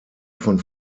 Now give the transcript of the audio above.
von